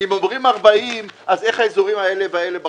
אם אומרים ארבעים, איך האזורים האלה והאלה בחוץ?